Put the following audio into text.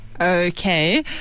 Okay